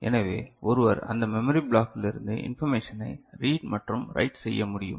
எனவே ஒருவர் அந்த மெமரி பிளாக்கிலிருந்து இன்பர்மேஷனை ரீட் மற்றும் ரைட் செய்ய முடியும்